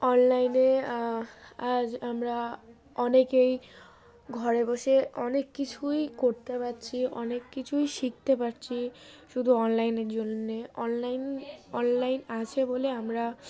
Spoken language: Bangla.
অনলাইনে আজ আমরা অনেকেই ঘরে বসে অনেক কিছুই করতে পারছি অনেক কিছুই শিখতে পারছি শুধু অনলাইনের জন্যে অনলাইন অনলাইন আছে বলে আমরা